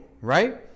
right